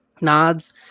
nods